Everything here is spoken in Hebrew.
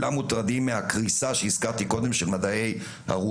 זה העניין של השוואת תנאי ההעסקה של